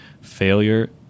failure